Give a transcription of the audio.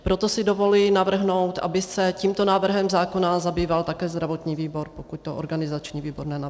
Proto si dovoluji navrhnout, aby se tímto návrhem zákona zabýval také zdravotní výbor, pokud to organizační výbor nenavrhl.